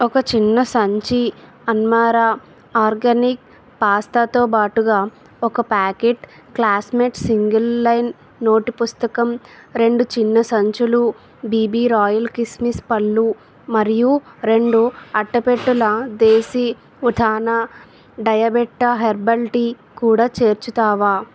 ఒక చిన్న సంచి అన్మారా ఆర్గానిక్ పాస్తాతో బాటుగా ఒక ప్యాకెట్ క్లాస్మేట్ సింగిల్ లైన్ నోటుపుస్తకం రెండు చిన్న సంచులు బీబీ రాయల్ కిస్మిస్ పళ్ళు మరియు రెండు అట్టపెట్టెల దేశీ ఉథానా డయబెట్టా హెర్బల్ టీ కూడా చేర్చుతావా